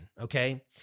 okay